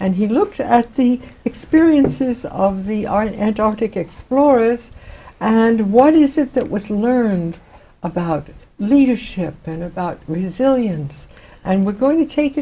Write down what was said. and he looks at the experiences of the art antarctic explorers and what is it that was learned about leadership and about resilience and we're going to take